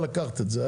אבל לקחת את זה.